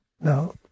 Now